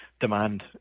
demand